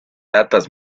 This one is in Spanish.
latas